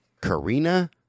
Karina